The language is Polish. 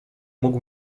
mógł